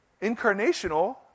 Incarnational